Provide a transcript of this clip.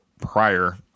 prior